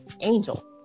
Angel